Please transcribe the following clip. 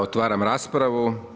Otvaram raspravu.